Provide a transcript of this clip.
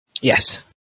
Yes